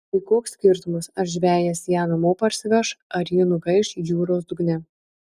tai koks skirtumas ar žvejas ją namo parsiveš ar ji nugaiš jūros dugne